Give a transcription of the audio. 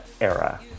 era